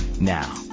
Now